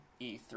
E3